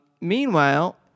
Meanwhile